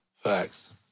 Facts